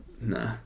Nah